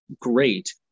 great